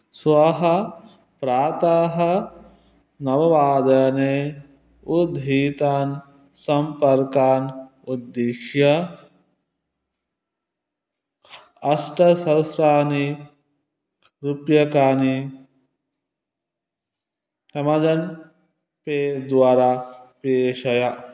श्वः प्रातः नववादाने उद्धृतान् सम्पर्कान् उद्दिश्य अष्टसहस्ररूप्यकाणि अमज़ान् पे द्वारा प्रेषय